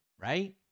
right